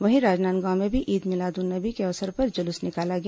वहीं राजनांदगांव में भी ईद मिलाद उन नबी के अवसर पर जुलूस निकाला गया